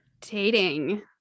Dating